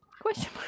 Question